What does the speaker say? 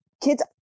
kids